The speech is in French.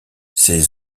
ces